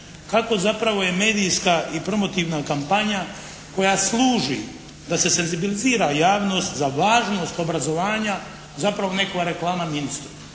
kako zapravo je medijska i promotivna kampanja koja služi da se senzibilizira javnost za važnost obrazovanja zapravo nekakva reklama ministru.